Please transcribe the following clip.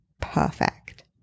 perfect